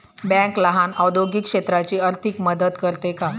Bank लहान औद्योगिक क्षेत्राची आर्थिक मदत करते का?